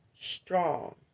strong